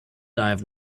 dive